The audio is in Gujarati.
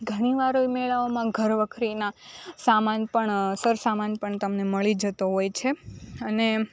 ઘણી વાર મેળાઓમાં ઘર વખરીના સામાન પણ સરસામાન પણ તમને મળી જતો હોય છે અને